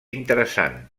interessant